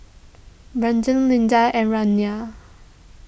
Brandon Linda and Raina